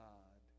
God